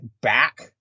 back